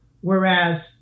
whereas